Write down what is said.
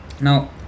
now